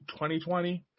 2020